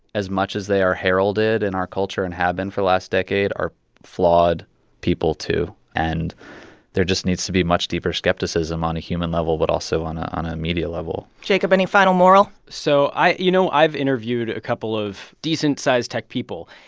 as much as they are heralded in our culture and have been for the last decade, are flawed people, too. and there just needs to be much deeper skepticism on a human level but also on on a media level jacob, any final moral? so i you know, i've interviewed a couple of decent-sized tech people.